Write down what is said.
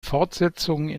fortsetzungen